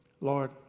Lord